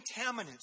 contaminants